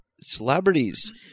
celebrities